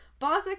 Boswick